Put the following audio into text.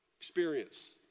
experience